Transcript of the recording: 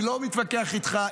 אני לא מתווכח איתך,